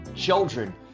Children